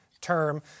term